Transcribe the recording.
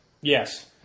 Yes